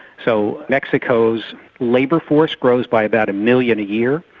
so mexico's labour force grows by about a million a year,